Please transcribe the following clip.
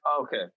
Okay